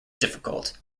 difficult